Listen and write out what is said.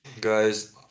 Guys